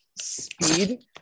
speed